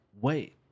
wait